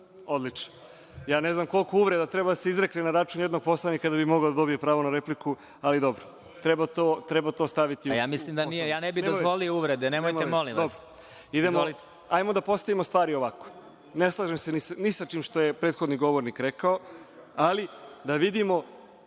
odlično. Ne znam koliko uvreda treba da se izrekne na račun jednog poslanika da bi mogao da dobije pravo na repliku, ali dobro, treba to staviti … **Vladimir Marinković** Ja ne bih dozvolio uvrede. Nemojte molim vas. **Srđan Nogo** Hajde da postavimo stavi ovako. Ne slažem se ni sa čim što je prethodni govornik rekao, ali da vidimo